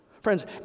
Friends